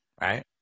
right